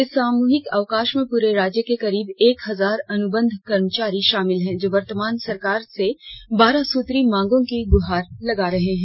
इस सामूहिक अवकाश में पूरे राज्य के करीब एक हजार अनुबंध कर्मचारी शामिल हैं जो वर्तमान सरकार से बारह सूत्री मांगों की गुहार लगा रहे हैं